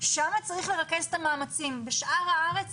שם צריך לרכז את המאמצים, בשאר הארץ